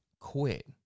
quit